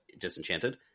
Disenchanted